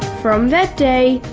from that day,